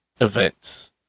events